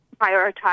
prioritize